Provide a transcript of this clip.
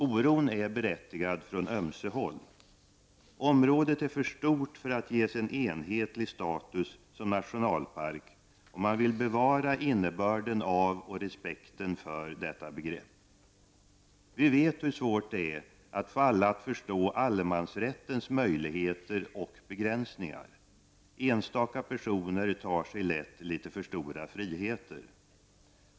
Oron är berättigad på ömse håll. Området är för stort för att ges en enhetlig status som nationalpark, om man vill bevara innebörden av och respekten för detta begrepp. Vi vet hur svårt det är att få alla att förstå allemansrättens möjligheter och begränsningar. Enstaka personer tar sig lätt litet för stora friheter.